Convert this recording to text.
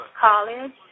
college